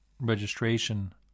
registration